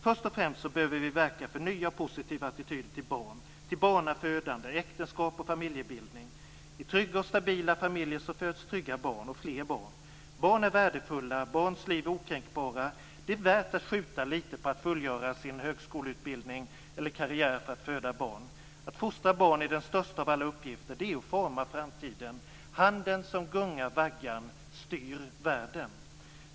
Först och främst behöver vi verka för nya och positiva attityder till barn, barnafödande, äktenskap och familjebildning. I trygga och stabila familjer föds trygga barn - och fler barn. Barn är värdefulla, och barns liv är okränkbara. Det är värt att skjuta lite på att fullgöra sin högskoleutbildning eller karriär för att föda barn. Att fostra barn är den största av alla uppgifter - det är att forma framtiden. Handen som gungar vaggan, styr världen.